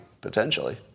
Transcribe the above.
potentially